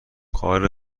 کار